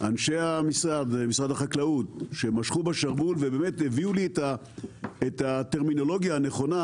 אנשי משרד החקלאות שמשכו בשרוול והביאו לי את הטרמינולוגיה הנכונה,